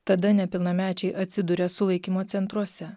tada nepilnamečiai atsiduria sulaikymo centruose